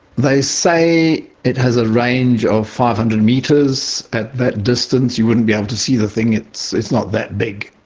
they say it has a range of five hundred metres. at that distance you wouldn't be able to see the thing it's it's not that big.